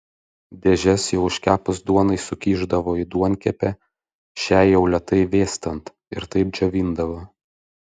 dėžes jau iškepus duonai sukišdavo į duonkepę šiai jau lėtai vėstant ir taip džiovindavo